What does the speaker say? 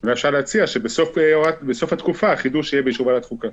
להציע שבסוף התקופה החידוש יהיה באישור ועדת חוקה.